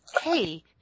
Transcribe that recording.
hey